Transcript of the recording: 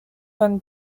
von